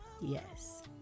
Yes